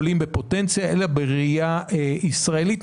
עולים בפוטנציה אלא בראיה ישראלית,